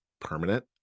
permanent